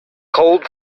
cold